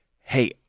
hey